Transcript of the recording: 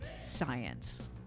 Science